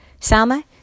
Salma